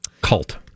cult